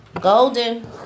Golden